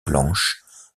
planches